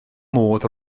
modd